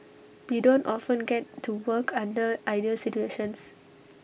we don't often get to work under ideal situations